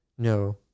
No